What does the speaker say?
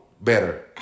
better